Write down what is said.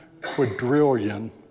quadrillion